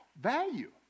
Value